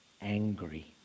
angry